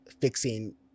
fixing